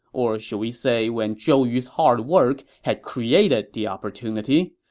or should we say when zhou yu's hard work had created the opportunity,